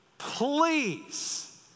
Please